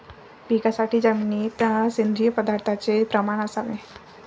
पिकासाठी जमिनीत सेंद्रिय पदार्थाचे प्रमाण असावे